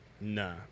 Nah